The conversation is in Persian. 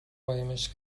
قایمش